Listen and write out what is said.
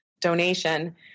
donation